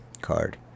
card